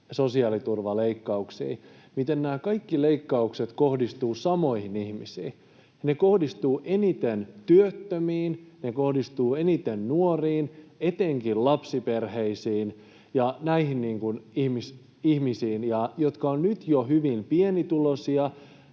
sosiaaliturvaleikkauksiin, siitä, miten nämä kaikki leikkaukset kohdistuvat samoihin ihmisiin. Ne kohdistuvat eniten työttömiin, ne kohdistuvat eniten nuoriin, etenkin lapsiperheisiin ja näihin ihmisiin, jotka ovat nyt jo hyvin pienituloisia